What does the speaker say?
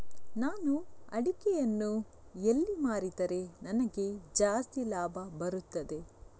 ನಾನು ಅಡಿಕೆಯನ್ನು ಎಲ್ಲಿ ಮಾರಿದರೆ ನನಗೆ ಜಾಸ್ತಿ ಲಾಭ ಬರುತ್ತದೆ?